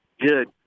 Good